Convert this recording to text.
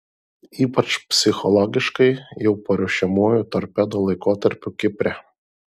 ypač psichologiškai jau paruošiamuoju torpedo laikotarpiu kipre